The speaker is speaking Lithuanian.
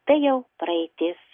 tai jau praeitis